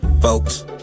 Folks